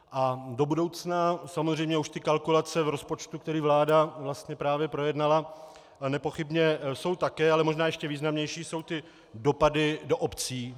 A do budoucna samozřejmě už ty kalkulace v rozpočtu, který vláda právě projednala, nepochybně jsou také, ale možná ještě významnější jsou ty dopady do obcí.